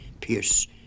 Pierce